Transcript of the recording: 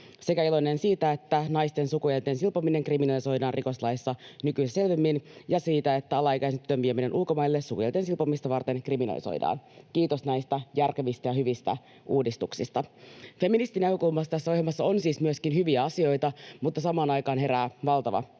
sekä siitä, että naisten sukuelinten silpominen kriminalisoidaan rikoslaissa nykyistä selvemmin, ja siitä, että alaikäisten tyttöjen vieminen ulkomaille sukuelinten silpomista varten kriminalisoidaan. Kiitos näistä järkevistä ja hyvistä uudistuksista. Feministinäkökulmasta tässä ohjelmassa on siis myöskin hyviä asioita, mutta samaan aikaan herää valtava,